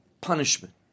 punishment